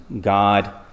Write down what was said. God